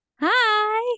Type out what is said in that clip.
Hi